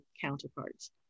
counterparts